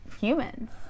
humans